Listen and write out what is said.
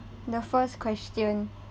the first question